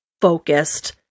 focused